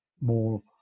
more